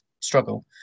struggle